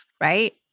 right